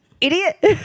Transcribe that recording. idiot